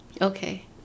okay